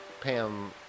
Pam